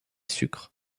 sucre